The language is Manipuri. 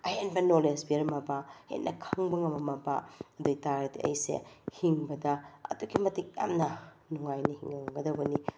ꯑꯍꯦꯟꯕ ꯅꯣꯂꯦꯖ ꯄꯤꯔꯝꯃꯕ ꯍꯦꯟꯅ ꯈꯪꯕ ꯉꯝꯃꯝꯃꯕ ꯑꯗꯨ ꯑꯣꯏꯇꯥꯔꯗꯤ ꯑꯩꯁꯦ ꯍꯤꯡꯕꯗ ꯑꯗꯨꯛꯀꯤ ꯃꯇꯤꯛ ꯌꯥꯝꯅ ꯅꯨꯉꯥꯏꯅ ꯍꯤꯡꯉꯝꯒꯗꯕꯅꯤ